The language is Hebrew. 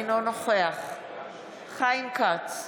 אינו נוכח חיים כץ,